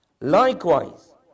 Likewise